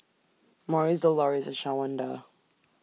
Morris Doloris and Shawanda